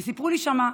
הרופאים סיפרו לי שם,